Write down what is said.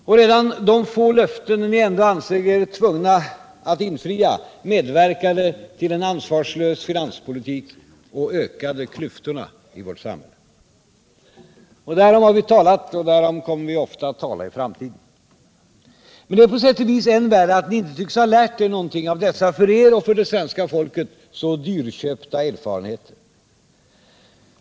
Och redan de få löften ni ändå ansåg er tvungna att infria medverkade till en ansvarslös finanspolitik och ökade klyftorna i vårt samhälle. Därom har vi talat och därom kommer vi ofta att tala i framtiden. Men det är på sätt och vis än värre att ni inte tycks ha lärt er någonting av dessa för er och för det svenska folket så dyrköpta erfarenheter.